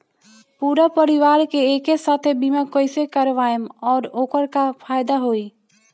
पूरा परिवार के एके साथे बीमा कईसे करवाएम और ओकर का फायदा होई?